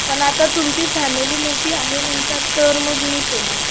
पण आता तुमची फॅमिली मोठी आहे म्हणतात तर मग मीच येणार